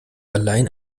allein